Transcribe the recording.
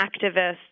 activists